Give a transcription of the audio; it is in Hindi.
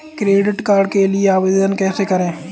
क्रेडिट कार्ड के लिए आवेदन कैसे करें?